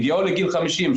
בהגיעו לגיל 50,